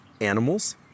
animals